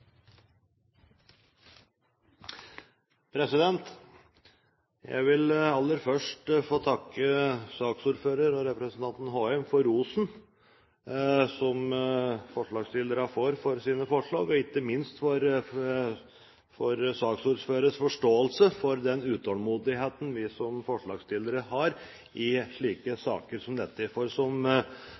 saken. Jeg vil aller først få takke saksordføreren, representanten Håheim, for rosen som forslagsstillerne får for sine forslag, og ikke minst for saksordførerens forståelse for den utålmodigheten vi som forslagsstillere har i slike saker som dette. Som